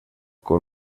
con